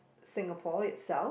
Singapore itself